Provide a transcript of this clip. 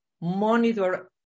monitor